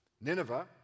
Nineveh